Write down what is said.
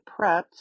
prepped